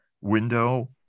window